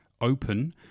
OPEN